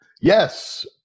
Yes